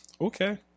Okay